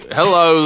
hello